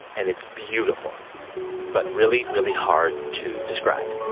and it's beautiful but really, really hard to describe.